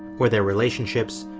or their relationships,